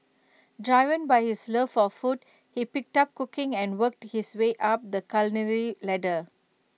driven by his love for food he picked up cooking and worked his way up the culinary ladder